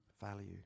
value